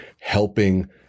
helping